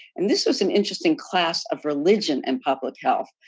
and this was an interesting class of religion and public health.